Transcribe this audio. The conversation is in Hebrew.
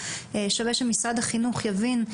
שווה שמשרד החינוך יבין.